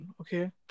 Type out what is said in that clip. Okay